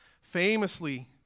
famously